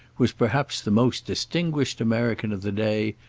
was perhaps the most distinguished american of the day,